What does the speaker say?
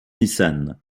nissan